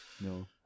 No